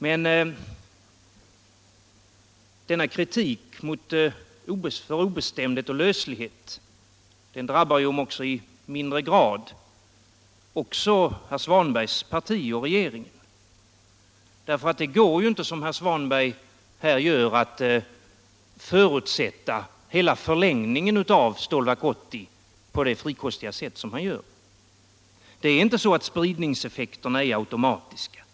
Men denna kritik för obestämdhet och löslighet drabbar, om också i mindre grad, även herr Svanbergs parti och regeringen. Det går inte att förutsätta hela förlängningen av Stålverk 80 på det sätt som herr Svanberg gör. Spridningseffekterna är inte automatiska.